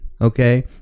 Okay